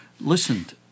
listened